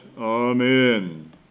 Amen